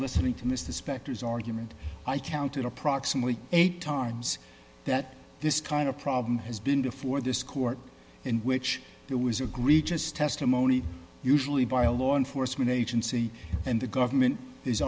listening to mr specter's argument i counted approximately eight times that this kind of problem has been before this court in which it was agreed as testimony usually by a law enforcement agency and the government is